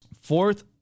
Fourth